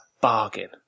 bargain